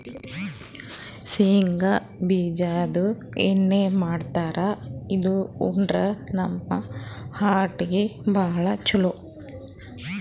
ಶೇಂಗಾ ಬಿಜಾದು ಎಣ್ಣಿ ಮಾಡ್ತಾರ್ ಇದು ಉಂಡ್ರ ನಮ್ ಹಾರ್ಟಿಗ್ ಭಾಳ್ ಛಲೋ